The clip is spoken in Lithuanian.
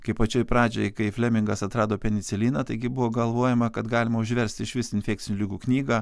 kai pačioj pradžioj kaip flemingas atrado peniciliną taigi buvo galvojama kad galima užverst išvis infekcinių ligų knygą